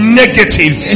negative